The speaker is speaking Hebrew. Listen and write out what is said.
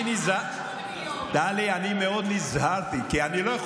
אני נזהר, אבל איך רק